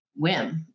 Wim